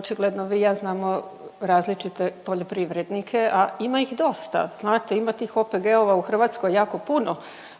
Očigledno vi i ja znamo različite poljoprivrednike, a ima ih dosta, znate. Ima tih OPG-ova u Hrvatskoj jako puno.